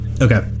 Okay